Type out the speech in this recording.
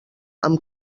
amb